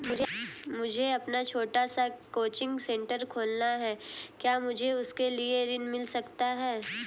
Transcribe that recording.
मुझे अपना छोटा सा कोचिंग सेंटर खोलना है क्या मुझे उसके लिए ऋण मिल सकता है?